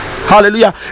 hallelujah